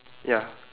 ya